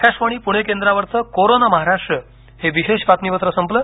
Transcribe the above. आकाशवाणी पुणे केंद्रावरचं कोरोना महाराष्ट्र हे विशेष बातमीपत्र संपलं